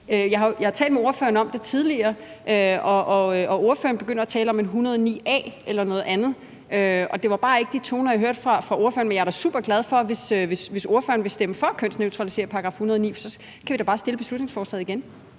Jeg har talt med ordføreren om det tidligere, og ordføreren begynder at tale om § 109 a eller noget andet, og det var bare ikke de toner, jeg hørte fra ordføreren. Men jeg er da superglad, hvis ordføreren vil stemme for at kønsneutralisere § 109, for så kan vi da bare fremsætte beslutningsforslaget igen.